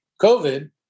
COVID